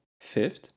Fifth